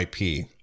IP